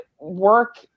work